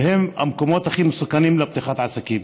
והם המקומות הכי מסוכנים לפתיחת עסקים.